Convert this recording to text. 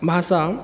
भाषा